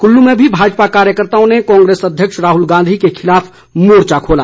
कुल्लू में भी भाजपा कार्यकर्ताओं ने कांग्रेस अध्यक्ष राहुल गांधी के खिलाफ मोर्चा खोला